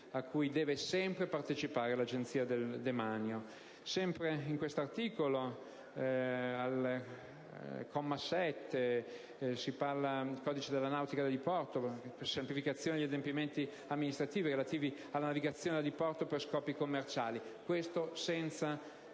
a cui deve sempre partecipare l'Agenzia del demanio. Sempre in quest'articolo, al comma 7, si affronta il tema della semplificazione degli adempimenti amministrativi relativi alla navigazione da diporto per scopi commerciali, senza